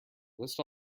list